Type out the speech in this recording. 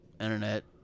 Internet